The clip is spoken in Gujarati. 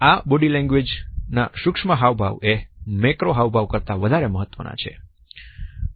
આ બોડી લેંગ્વેજ ના સૂક્ષ્મ હાવભાવ એ મેક્રો હાવભાવ કરતા વધારે મહત્વના છે